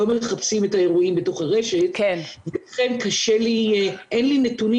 לא מחפשים את האירועים בתוך הרשת ולכן אין לי נתונים